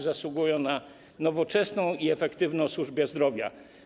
zasługują na nowoczesną i efektywną służbę zdrowia.